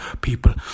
people